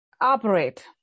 operate